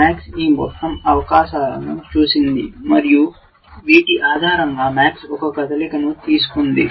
MAX ఈ మొత్తం అవకాశాలను చూసింది మరియు వీటి ఆధారంగా MAX ఒక కదలికను తీసుకుంది